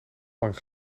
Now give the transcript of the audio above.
lang